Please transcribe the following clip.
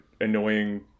annoying